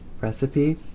recipe